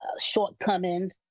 shortcomings